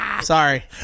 Sorry